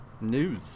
News